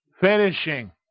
Finishing